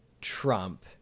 Trump